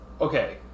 Okay